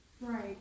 Right